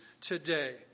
today